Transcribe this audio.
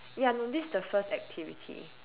ya no this is the first activity